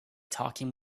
talking